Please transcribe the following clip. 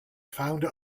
founder